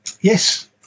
Yes